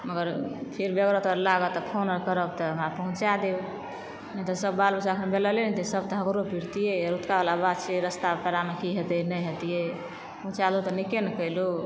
मगर फेर व्यगरता लागत फोन करब तऽ अहाँ पहुँचा देब नै तऽ सब बाल बच्चा तऽ बेलले हेतेए सब तऽ हमरो ऐछ रौतुका बला बात छै रास्ता पेरा मऽ कि हेतिए नै हेतिए पहुँचालूह तऽ निक्के नै कैलूह